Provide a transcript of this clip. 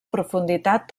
profunditat